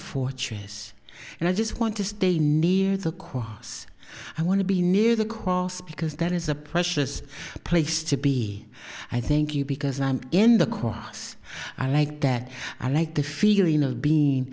fortress and i just want to stay near the chorus i want to be near the cross because that is a precious place to be i thank you because i'm in the chorus i like that i like the feeling of being